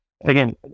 again